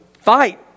fight